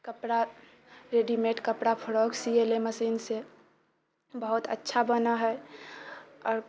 कपड़ा रेडीमेड कपड़ा फ्रॉक सियैले मशीनसँ बहुत अच्छा बनऽ हैय आओर